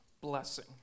blessing